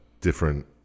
different